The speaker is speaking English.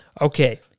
Okay